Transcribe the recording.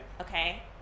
Okay